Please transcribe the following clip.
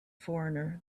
foreigner